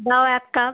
দাও এক কাপ